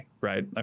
right